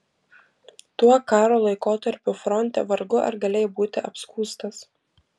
tuo karo laikotarpiu fronte vargu ar galėjai būti apskųstas